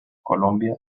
colombia